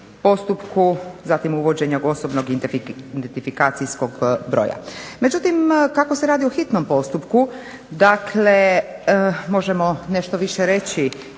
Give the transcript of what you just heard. postupku, zatim uvođenja osobnog identifikacijskog broja. Međutim, kako se radi o hitnom postupku dakle možemo nešto više reći